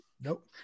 Nope